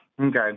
Okay